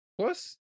plus